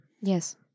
Yes